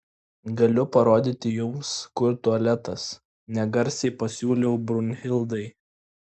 galiu parodyti jums kur tualetas negarsiai pasiūliau brunhildai